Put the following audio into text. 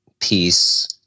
peace